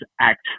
act